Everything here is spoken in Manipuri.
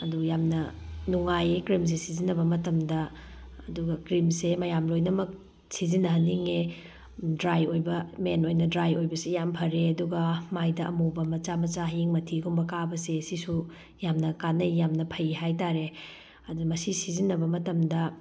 ꯑꯗꯨ ꯌꯥꯝꯅ ꯅꯨꯡꯉꯥꯏꯌꯦ ꯀ꯭ꯔꯤꯝꯁꯤ ꯁꯤꯖꯤꯟꯅꯕ ꯃꯇꯝꯗ ꯑꯗꯨꯒ ꯀ꯭ꯔꯤꯝꯁꯦ ꯃꯌꯥꯝ ꯂꯣꯏꯅꯃꯛ ꯁꯤꯖꯤꯟꯅꯍꯟꯅꯤꯡꯉꯦ ꯗ꯭ꯔꯥꯏ ꯑꯣꯏꯕ ꯃꯦꯟ ꯑꯣꯏꯅ ꯗ꯭ꯔꯥꯏ ꯑꯣꯏꯕꯁꯤ ꯌꯥꯝ ꯐꯔꯦ ꯑꯗꯨꯒ ꯃꯥꯏꯗ ꯑꯃꯨꯕ ꯃꯆꯥ ꯃꯆꯥ ꯍꯌꯤꯡ ꯃꯊꯤꯒꯨꯝꯕ ꯀꯥꯕꯁꯦ ꯁꯤꯁꯨ ꯌꯥꯝꯅ ꯀꯥꯟꯅꯩ ꯌꯥꯝꯅ ꯐꯩ ꯍꯥꯏ ꯇꯥꯔꯦ ꯑꯗꯨ ꯃꯁꯤ ꯁꯤꯖꯤꯟꯅꯕ ꯃꯇꯝꯗ